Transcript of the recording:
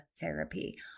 therapy